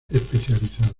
especializada